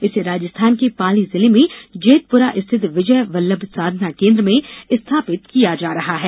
इसे राजस्थान के पाली जिले में जेतपुरा स्थित विजय वल्लभ साधना केंद्र में स्थापित किया जा रहा है